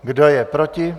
Kdo je proti?